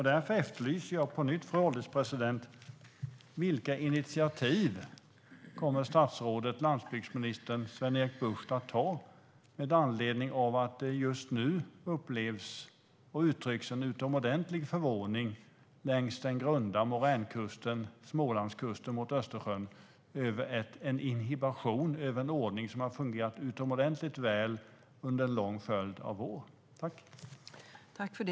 Därför frågar jag på nytt vilka initiativ landsbygdsminister Sven-Erik Bucht kommer att ta med anledning av att det just nu upplevs och uttrycks en utomordentlig förvåning längs den grunda moränkusten - Smålandskusten mot Östersjön - över en inhibition av en ordning som har fungerat utomordentligt väl under en lång följd av år.